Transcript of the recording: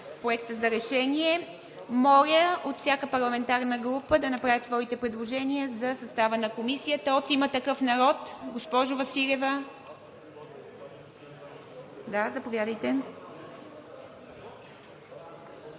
Проектът за решение. Моля от всяка парламентарна група да направят своите предложения за състава на комисията. От „Има такъв народ“ – господин Иванов, заповядайте.